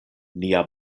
nia